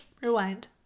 Rewind